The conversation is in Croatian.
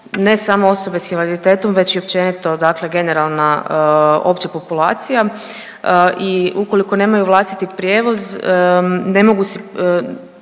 ne samo osobe s invaliditetom već i općenito dakle generalna opća populacija i ukoliko nemaju vlastiti prijevoz ne mogu, često